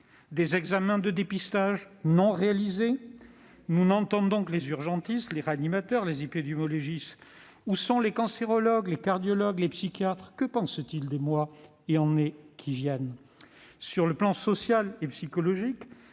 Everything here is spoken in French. Des examens de dépistage non réalisés ? Nous n'entendons que les urgentistes, les réanimateurs et les épidémiologistes. Où sont les cancérologues, les cardiologues, les psychiatres ? Que pensent-ils des mois et des années à venir ?